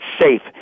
safe